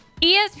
ESPN